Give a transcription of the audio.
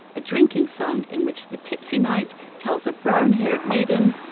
a drinking song in which the tipsy night tells a brown haired maiden.